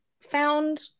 found